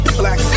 black